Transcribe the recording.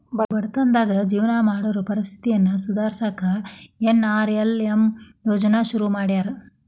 ಬಡತನದಾಗ ಜೇವನ ಮಾಡೋರ್ ಪರಿಸ್ಥಿತಿನ ಸುಧಾರ್ಸಕ ಎನ್.ಆರ್.ಎಲ್.ಎಂ ಯೋಜ್ನಾ ಶುರು ಮಾಡ್ಯಾರ